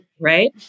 right